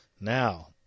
now